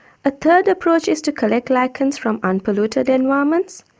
a third approach is to collect lichens from unpolluted environments,